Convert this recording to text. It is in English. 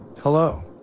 Hello